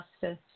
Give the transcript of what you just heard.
justice